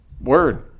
Word